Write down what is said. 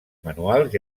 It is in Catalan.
manuals